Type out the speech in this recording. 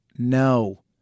No